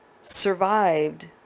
survived